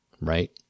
right